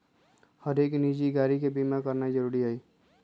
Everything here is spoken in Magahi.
हरेक निजी गाड़ी के बीमा कराना जरूरी हई